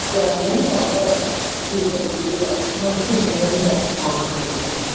अच्छा मूली पाव भर ठीक है मूली भी आप मूली ठीक है मूली भी आपका पाव भर कर दे रहे हैं